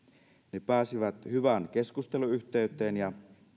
ne pääsivät hyvään keskusteluyhteyteen ja